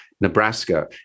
Nebraska